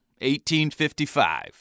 1855